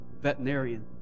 veterinarian